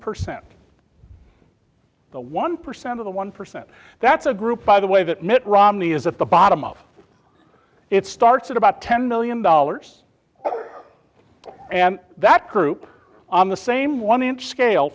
percent the one percent of the one percent that's a group by the way that mitt romney is at the bottom of it starts at about ten million dollars and that group on the same one in scale